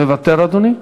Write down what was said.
מוותר, אדוני?